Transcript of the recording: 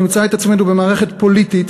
נמצא את עצמנו במערכת פוליטית,